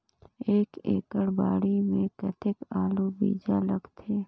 एक एकड़ बाड़ी मे कतेक आलू बीजा लगथे?